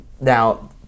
now